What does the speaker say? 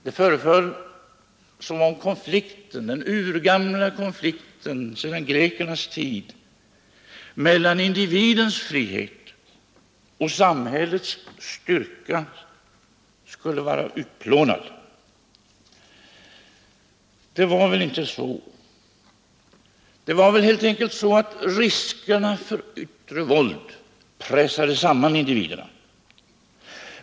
Det föreföll som om konflikten — den urgamla konflikten sedan grekernas tid — mellan individens frihet och samhällets styrka skulle vara utplånad. Det var väl inte så. Det var väl helt enkelt så, att riskerna för yttre våld pressade samman individerna.